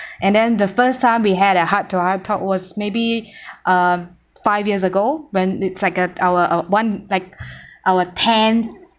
and then the first time we had a heart-to-heart talk was maybe uh five years ago when it's like a our one like our tenth